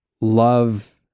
love